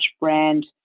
brand